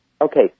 Okay